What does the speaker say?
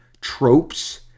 tropes